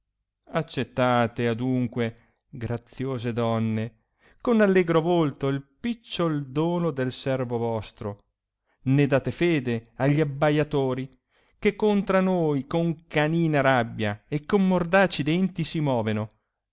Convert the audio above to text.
accettate adunque graziose donne con allegro volto il picciol dono del servo vostro né date fede agli abbaiatori che contra noi con canina rabbia e con mordaci denti si moveno